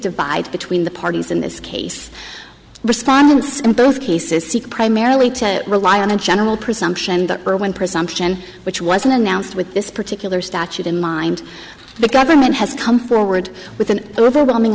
divide between the parties in this case respondents and those cases seek primarily to rely on a general presumption that or one presumption which was announced with this particular statute in mind the government has come forward with an overwhelming